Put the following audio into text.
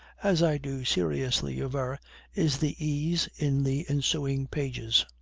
as i do seriously aver is the ease in the ensuing pages